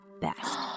best